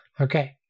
okay